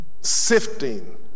sifting